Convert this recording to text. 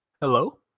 Hello